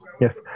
Yes